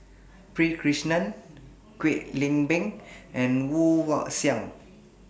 P Krishnan Kwek Leng Beng and Woon Wah Siang